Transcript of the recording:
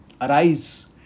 Arise